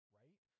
right